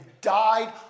died